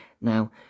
Now